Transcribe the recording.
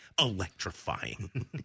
Electrifying